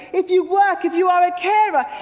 if you work, if you are a carer,